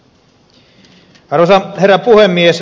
arvoisa herra puhemies